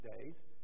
days